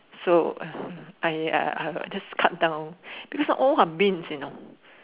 so uh I I I just cut down because all are beans you know